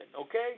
okay